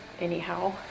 anyhow